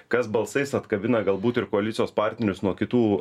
kas balsais atkabina galbūt ir koalicijos partnerius nuo kitų